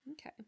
Okay